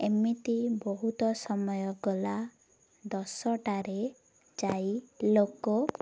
ଏମିତି ବହୁତ ସମୟ ଗଲା ଦଶଟାରେ ଯାଇ ଲୋକ